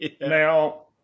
Now